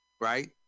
right